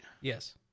Yes